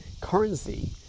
currency